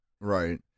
Right